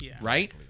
right